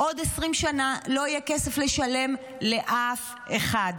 עוד 20 שנה לא יהיה כסף לשלם לאף אחד.